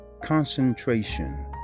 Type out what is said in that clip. concentration